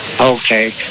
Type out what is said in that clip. Okay